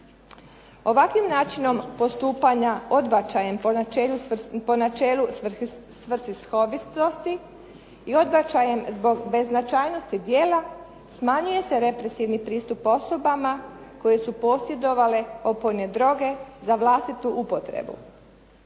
Ovakvim načinom odbačajem po načelu svrsishodnosti i odbačajem zbog beznačajnosti djela smanjuje se represivni pristup osobama koje su posjedovale opojne droge za vlastitu upotrebu.